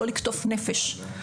לא לקטוף נפש.